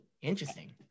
Interesting